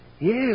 Yes